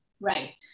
Right